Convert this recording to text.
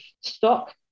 stock